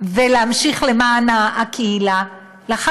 ולהמשיך למען הקהילה, נכון.